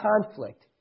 conflict